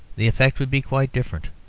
the effect would be quite different.